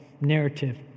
narrative